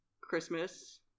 christmas